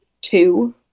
two